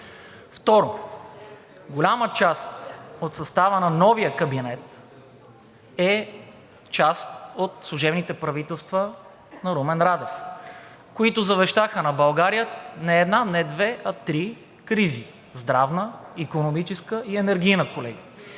Второ, голяма част от състава на новия кабинет е част от служебните правителства на Румен Радев, които завещаха на България не една, не две, а три кризи – здравна, икономическа и енергийна, колеги.